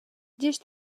gest